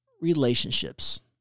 relationships